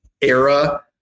era